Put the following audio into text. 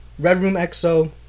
Redroomxo